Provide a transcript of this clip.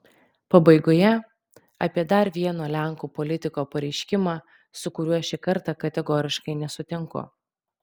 pabaigoje apie dar vieno lenkų politiko pareiškimą su kuriuo šį kartą kategoriškai nesutinku